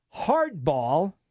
hardball